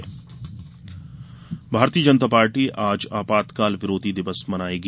काला दिवस भारतीय जनता पार्टी आज आपातकाल विरोधी दिवस मनायेगी